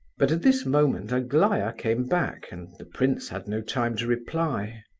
but at this moment aglaya came back, and the prince had no time to reply.